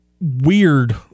Weird